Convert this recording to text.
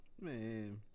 Man